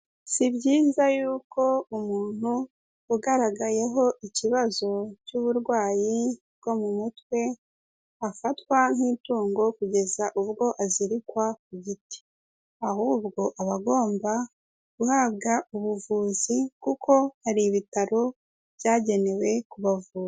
Si byiza y'uko umuntu ugaragayeho ikibazo cy'uburwayi bwo mu mutwe, afatwa nk'itungo kugeza ubwo azirikwa ku giti ahubwo aba agomba guhabwa ubuvuzi kuko hari ibitaro byagenewe kubavura.